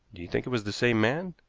do you think it was the same man?